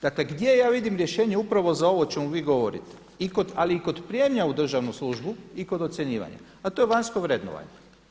Dakle gdje ja vidim rješenje upravo za ovo o čemu vi govorite ali i kod prijema u državnu službu i kod ocjenjivanja a to je vanjsko vrednovanje.